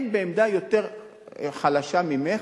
הם בעמדה יותר חלשה ממך.